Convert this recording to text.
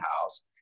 house